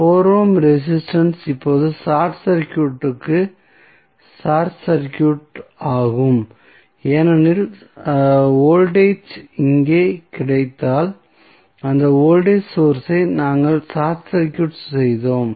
4 ohm resistance இப்போது short சர்க்யூட்டடு ஆகும் ஏனெனில் வோல்டேஜ் இங்கே கிடைத்ததால் அந்த வோல்டேஜ் சோர்ஸ் ஐ நாங்கள் ஷார்ட் சர்க்யூட் செய்தோம்